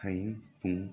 ꯍꯌꯦꯡ ꯄꯨꯡ